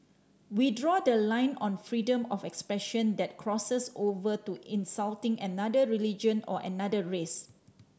we draw the line on freedom of expression that crosses over to insulting another religion or another race